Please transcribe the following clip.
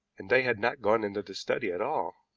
and they had not gone into the study at all.